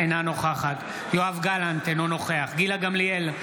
אינה נוכחת יואב גלנט, אינו נוכח גילה גמליאל,